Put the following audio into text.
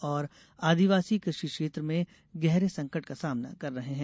और आदिवासी कृषि क्षेत्र में गहरे संकट का सामना कर रहे हैं